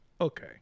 okay